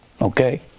okay